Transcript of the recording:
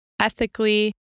ethically